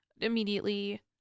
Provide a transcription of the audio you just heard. immediately